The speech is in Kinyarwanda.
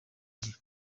gihe